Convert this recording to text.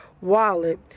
wallet